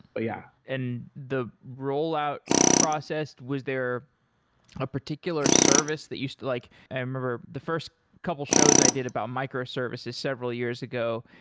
yeah. and the rollout process, was there a particular service that you still like i remember the first couple shows i did about micro-services several years ago,